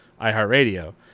iHeartRadio